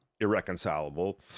irreconcilable